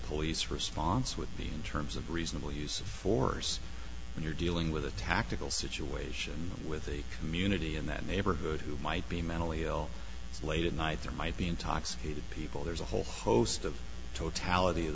police response would be in terms of reasonable use of force when you're dealing with a tactical situation with a community in that neighborhood who might be mentally ill it's late at night there might be intoxicated people there's a whole host of totality of